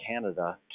Canada